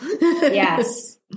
Yes